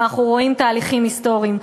אבל אנחנו רואים תהליכים היסטוריים,